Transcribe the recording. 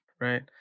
right